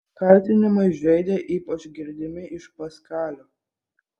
kaltinimai žeidė ypač girdimi iš paskalio